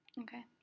Okay